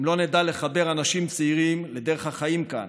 אם לא נדע לחבר אנשים צעירים לדרך החיים כאן,